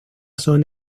son